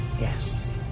Yes